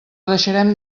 deixarem